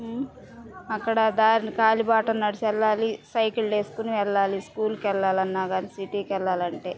అక్కడ దారిన కాలిబాటన నడిచి వెళ్ళాలి సైకిళ్ళు వేసుకొని వెళ్ళాలి స్కూల్కి వెళ్ళాలన్నా కానీ సిటీకి వెళ్ళాలంటే